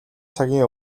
цагийн